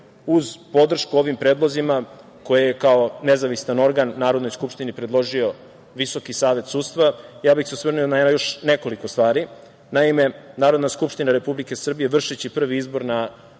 uz podršku ovim predlozima koje je kao nezavisan organ Narodnoj skupštini predložio Visoki savet sudstva. Osvrnuo bih se na još nekoliko stvari. Naime, Narodna skupština Republike Srbije, vršeći prvi izbor na